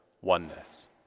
oneness